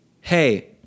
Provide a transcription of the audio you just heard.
hey